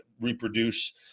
reproduce